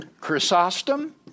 Chrysostom